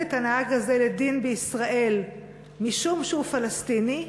את הנהג הזה לדין בישראל משום שהוא פלסטיני?